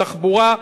בתחבורה,